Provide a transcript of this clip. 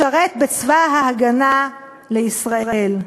לשרת בצבא ההגנה לישראל.